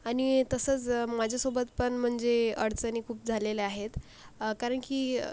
आणि तसंच माझ्यासोबत पण म्हणजे अडचणी खूप झालेल्या आहेत कारण की